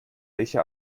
welche